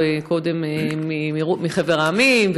וקודם מחבר המדינות,